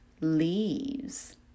leaves